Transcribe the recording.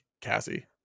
Cassie